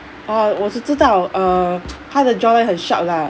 uh 我只知道 err 他的 jawline 很 sharp lah